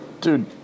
dude